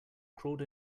crawled